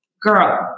Girl